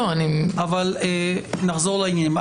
נחזור לעניינים.